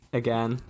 again